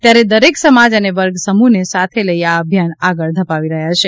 ત્યારે દરેક સમાજ અને વર્ગ સમ્ગ્હને સાથે લઇ આ અભિયાન આગળ ધપાવી રહ્યા છે